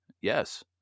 Yes